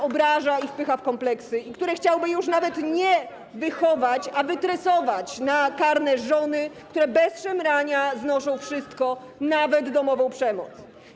obraża i wpycha w kompleksy i które chciałby już nawet nie wychować, a wytresować na karne żony, które bez szemrania znoszą wszystko, nawet domową przemoc.